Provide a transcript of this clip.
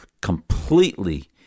completely